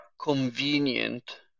convenient